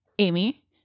Amy